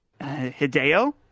Hideo